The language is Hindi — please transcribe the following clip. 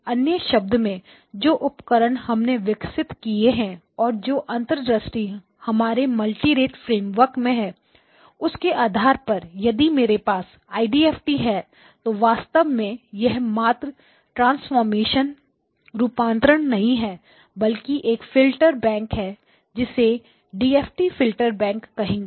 अन्य शब्दों में जो उपकरण हमने विकसित किया है और जो अंतर्दृष्टि हमारे मल्टीरेट multirate फ्रेमवर्क है उसके आधार पर यदि मेरे पास आईडीएफटी IDFT है तो वास्तव में यह मात्र रूपांतरण नहीं है बल्कि एक फिल्टर बैंक है जिसे डीएफटी फिल्टर बैंक कहेंगे